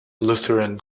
lutheran